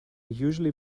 usually